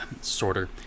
sorter